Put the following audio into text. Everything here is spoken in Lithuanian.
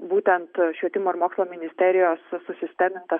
būtent švietimo ir mokslo ministerijos su susistemintas